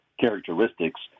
characteristics